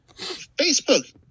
facebook